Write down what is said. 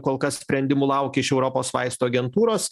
kol kas sprendimų laukia iš europos vaistų agentūros